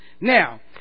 Now